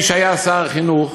מי שהיה שר החינוך